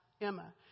Emma